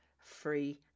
free